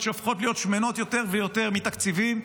שהופכות להיות שמנות יותר ויותר מתקציבים,